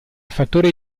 fattore